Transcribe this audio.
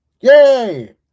Yay